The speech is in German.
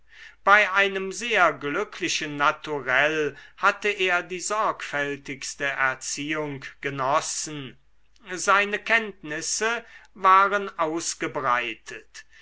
bei einem sehr glücklichen naturell hatte er die sorgfältigste erziehung genossen seine kenntnisse waren ausgebreitet